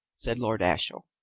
said lord ashiel.